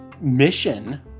mission